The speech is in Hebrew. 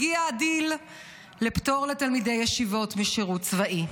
הגיע הדיל לפטור לתלמידי ישיבות משירות צבאי.